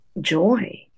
joy